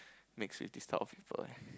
mix with this type of people eh